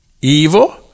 Evil